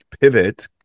pivot